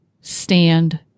stand